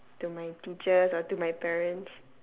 to my teachers or to my parents